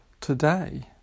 today